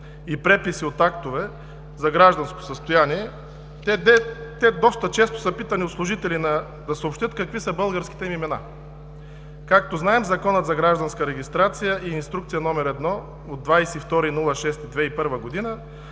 и препис от актове за гражданско състояние, те доста често са питани от служители да съобщят какви са българските им имена. Както знаем, Законът за гражданска регистрация и Инструкция № 1 от 22 юни 2001 г. за